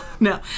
No